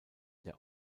der